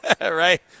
Right